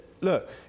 look